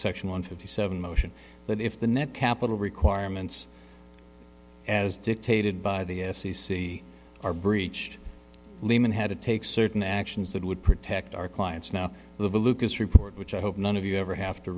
one fifty seven motion that if the net capital requirements as dictated by the f c c are breached lehman had to take certain actions that would protect our clients now the valukas report which i hope none of you ever have to